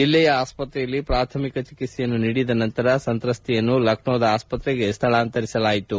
ಜಿಲ್ಲೆಯ ಆಸ್ವತ್ರೆಯಲ್ಲಿ ಪಾಥಮಿಕ ಚಿಕಿತ್ಲೆಯನ್ನು ನೀಡಿದ ನಂತರ ಸಂತ್ರಸ್ತೆಯನ್ನು ಲಕ್ನೋದ ಆಸ್ತ್ರೆಗೆ ಸ್ಥಳಾಂತರಿಸಲಾಯಿತು